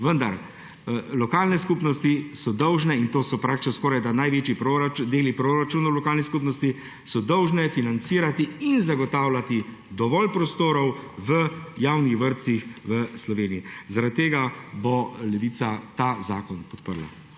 Vendar lokalne skupnosti so dolžne – in to so praktično skoraj največji delni proračun v lokalni skupnosti –, so dolžne financirati in zagotavljati dovolj prostorov v javnih vrtcih v Sloveniji. Zaradi tega bo Levica ta zakon podprla.